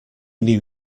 new